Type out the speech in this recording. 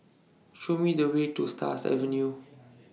Show Me The Way to Stars Avenue